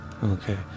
Okay